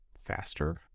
faster